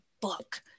book